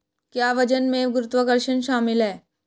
क्या वजन में गुरुत्वाकर्षण शामिल है?